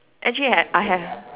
actually had I have